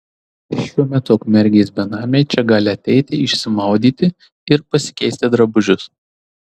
šiuo metu ukmergės benamiai čia gali ateiti išsimaudyti ir pasikeisti drabužius